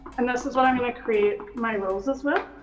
and this is what i'm gonna create my roses with.